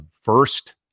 first